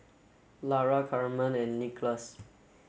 Lara Camren and Nicolas